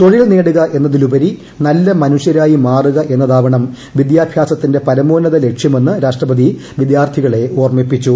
തൊഴിൽ നേടുക എന്നതിലുപരി നല്ല മനുഷ്യരായി മാറുക എന്നതാവണം വിദ്യാഭ്യാസത്തിന്റെ പരമോന്നത ലക്ഷ്യമെന്ന് രാഷ്ട്രപതി വിദ്യാർത്ഥികളെ ഓർമ്മിപ്പിച്ചു